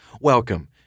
welcome